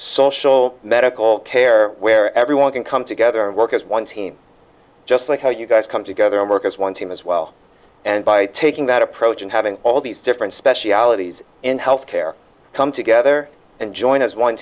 social medical care where everyone can come together and work as one team just like how you guys come together and work as one team as well and by taking that approach and having all these different speciality in health care come together and join as one